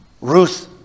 Ruth